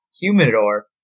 humidor